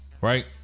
right